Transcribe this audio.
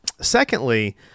secondly